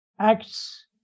Acts